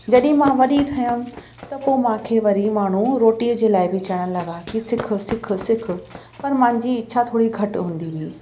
जॾहिं मां वॾी ठयमि त पोइ मूंखे वरी माण्हू रोटीअ जे लाइ बि चवणु लॻा कि सिख सिख सिख पर मुंहिंजी इच्छा थोरी घटि हूंदी हुई